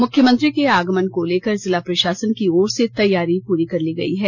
मुख्यमंत्री के आगमन को लेकर जिला प्रशासन की ओर से तैयारी पूरी कर ली गई है